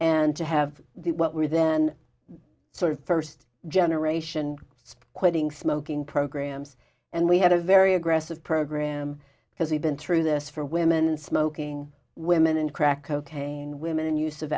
to have the what were then sort of first generation quitting smoking programs and we had a very aggressive program because we've been through this for women and smoking women and crack cocaine women use of